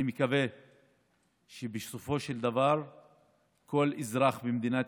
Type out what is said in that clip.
אני מקווה שבסופו של דבר כל אזרח במדינת